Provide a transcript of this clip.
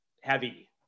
heavy